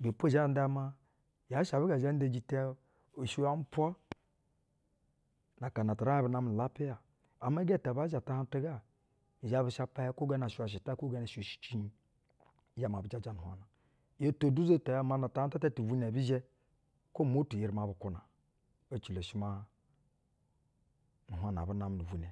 Ibɛ po zhɛ nda ya maa, yaa shɛ abɛ gɛ zhɛ nda jitɛ, shiywa umpwa na akana tu uraiƞ bu namɛ nu ulapiya, ama gɛ ta aba zha tahaƞnu tu ga, i zhɛ bu shapa yak wo gana shiywa shɛ ta kwo gana shɛywa shi ciihiƞ. i zhɛ ma bu jaja nu-uhwaƞnu ta ata ti-ivwuinɛ ɛbi zhɛ kwo umotu eri ma bu kwuna. Ecilo shɛ maa nu-uhwaƞna abu namɛ ni-ivwinɛ